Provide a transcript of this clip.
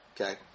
Okay